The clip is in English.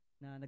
na